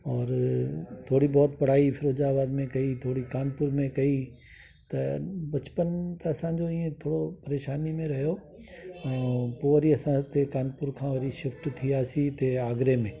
और थोरी बहुत पढ़ाई फिरोजाबाद में कई थोरी कानपुर में कई त बचपन त असांजो ईअं थोरो परेशानी में रहियो ऐं पोइ वरी असां हिते कानपुर खां वरी शिफ्ट थी वियासीं हिते आगरे में